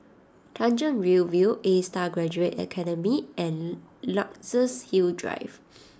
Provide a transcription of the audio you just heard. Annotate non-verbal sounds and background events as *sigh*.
Tanjong Rhu View Astar Graduate Academy and Luxus Hill Drive *noise*